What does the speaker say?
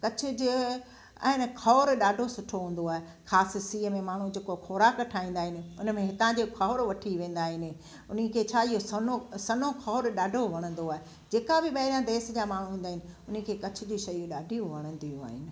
कच्छ जे ऐं खौर ॾाढो सुठो हूंदो आहे ख़ासि सीअ में माण्हू जे को ख़ौराक ठाहींदा आहिनि हुन में हितां जी खौर वठी वेंदा आहिनि हुनखे छा इहो सोनो सन्नो खौर ॾाढो वणंदो आहे जे का बि ॿाहिरां देश जा माण्हू ईंदा आहिनि हुनखे कच्छ जी शयूं ॾाढी वणंदियूं आहिनि